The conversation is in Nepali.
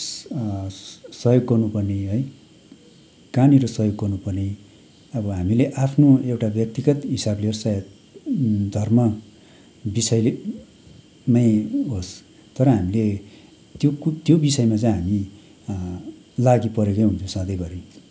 स सहयोग गर्नु पर्ने है कहाँनिर सहयोग गर्नु पर्ने अब हामीले आफ्नो एउटा व्यक्तिगत हिसाबले होस् चाहे धर्म विषयले मै होस् तर हामीले त्यो कु त्यो विषयमा चाहिँ हामी लागि परेकै हुन्छौँ सधैँभरि